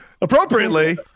Appropriately